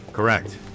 Correct